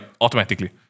automatically